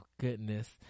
goodness